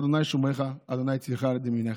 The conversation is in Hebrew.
ה' שמרך ה' צלך על יד ימינך.